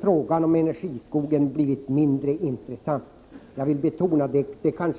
frågan om energiskogen blivit mindre intressant. Jag vill betona att det står i rapporten.